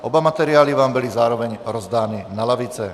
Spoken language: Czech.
Oba materiály vám byly zároveň rozdány na lavice.